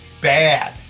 bad